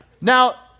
now